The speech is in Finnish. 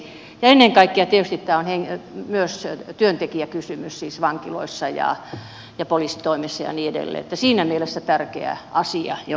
ennen kaikkea tietysti tämä on myös työntekijäkysymys siis vankiloissa ja poliisitoimessa ja niin edelleen että siinä mielessä tärkeä asia jonka nostitte